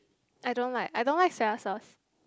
I don't like I don't like soya sauce